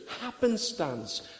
happenstance